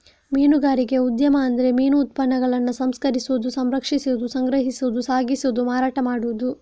ಮೀನುಗಾರಿಕೆ ಉದ್ಯಮ ಅಂದ್ರೆ ಮೀನು ಉತ್ಪನ್ನಗಳನ್ನ ಸಂಸ್ಕರಿಸುದು, ಸಂರಕ್ಷಿಸುದು, ಸಂಗ್ರಹಿಸುದು, ಸಾಗಿಸುದು, ಮಾರಾಟ ಮಾಡುದು